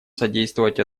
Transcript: содействовать